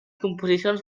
composicions